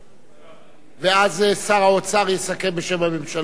ואז שר האוצר יסכם בשם הממשלה.